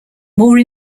more